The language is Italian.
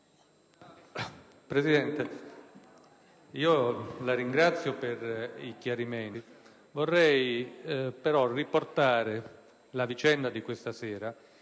Presidente, la ringrazio per i chiarimenti. Vorrei però riportare la vicenda di questa sera